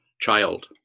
child